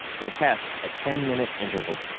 we'll test at ten-minute intervals.